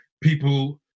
people